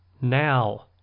now